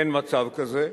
אין מצב כזה.